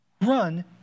Run